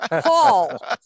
Paul